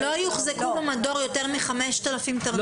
יוחזקו במדור יותר מ-5,000 תרנגולות.